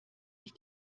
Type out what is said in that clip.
ich